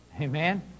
Amen